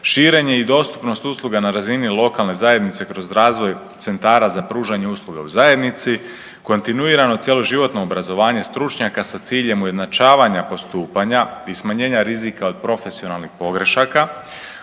širenje i dostupnost usluga na razini lokalne zajednice kroz razvoj centara za pružanje usluga u zajednici, kontinuirano cjeloživotno obrazovanje stručnjaka sa ciljem ujednačavanja postupanja i smanjenja rizika od profesionalnih pogrešaka,